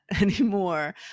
anymore